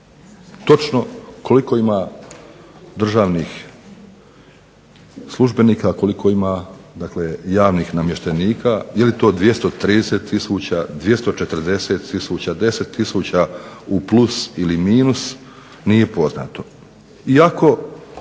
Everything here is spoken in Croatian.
točno koliko ima državnih službenika, koliko ima javnih namještenika, je li to 230 tisuća, 240 tisuća, 10 tisuća u plus ili minus, nije poznato.